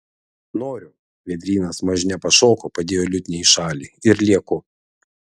noriu vėdrynas mažne pašoko padėjo liutnią į šalį ir lieku